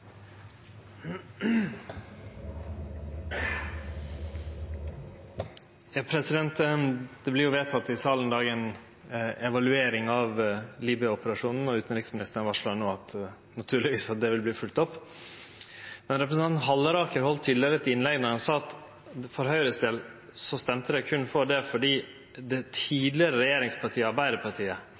Det vert jo vedteke i salen i dag ei evaluering av Libya-operasjonen, og utanriksministeren varslar no at det naturlegvis vil verte følgt opp. Representanten Halleraker heldt tidlegare eit innlegg der han sa at for Høgres del røystar dei for det berre fordi det tidlegare regjeringspartiet Arbeidarpartiet